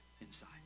inside